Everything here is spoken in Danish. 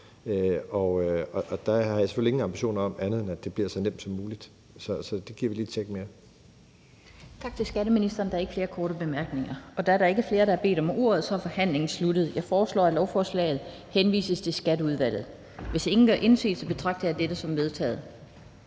Der har jeg selvfølgelig ingen ambitioner om andet, end at det bliver så nemt som muligt. Så det giver vi lige et tjek mere. Kl. 12:42 Den fg. formand (Annette Lind): Tak til skatteministeren. Der er ikke flere korte bemærkninger. Da der ikke er flere, der bedt om ordet, er forhandlingen sluttet. Jeg foreslår, at lovforslaget henvises til Skatteudvalget. Hvis ingen gør indsigelse, betragter jeg dette som vedtaget.